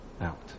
out